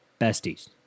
besties